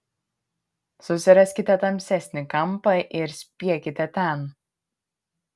susiraskite tamsesnį kampą ir spiekite ten